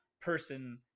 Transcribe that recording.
person